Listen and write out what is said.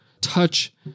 touch